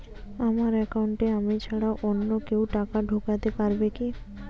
আমার একাউন্টে আমি ছাড়া অন্য কেউ টাকা ঢোকাতে পারবে কি?